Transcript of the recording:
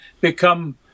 become